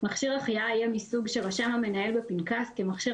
מכשיר החייאה יהיה מסוג שרשם המנהל בפנקס כמכשיר